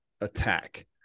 attack